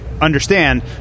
understand